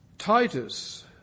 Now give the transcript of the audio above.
Titus